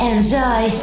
Enjoy